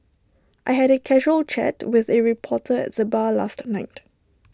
I had A casual chat with A reporter at the bar last night